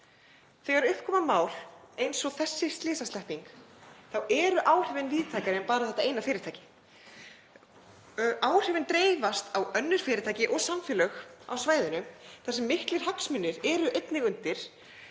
Þegar upp koma mál eins og þessi slysaslepping þá eru áhrifin víðtækari en bara á þetta eina fyrirtæki. Áhrifin dreifast á önnur fyrirtæki og samfélög á svæðinu þar sem miklir hagsmunir eru einnig undir